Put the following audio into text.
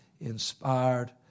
inspired